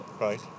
Right